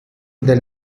del